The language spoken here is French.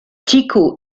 tycho